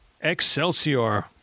Excelsior